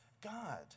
God